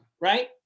Right